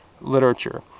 literature